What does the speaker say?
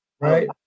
right